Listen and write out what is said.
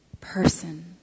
person